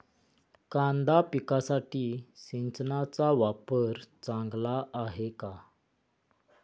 कांदा पिकासाठी सिंचनाचा वापर चांगला आहे का?